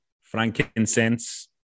Frankincense